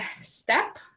step